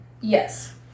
Yes